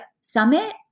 summit